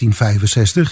1965